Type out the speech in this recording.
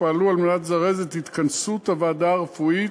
פעלו על מנת לזרז את התכנסות הוועדה הרפואית,